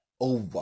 over